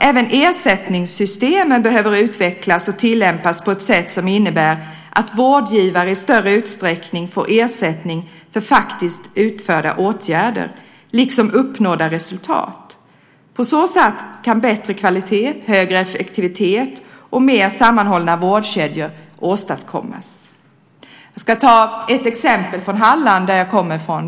Även ersättningssystemet behöver utvecklas och tillämpas på ett sätt som innebär att vårdgivare i större utsträckning får ersättning för faktiskt utförda åtgärder liksom för uppnådda resultat. På så sätt kan bättre kvalitet, högre effektivitet och mer sammanhållna vårdkedjor åstadkommas. Jag ska ta ett exempel från Halland, som jag kommer från.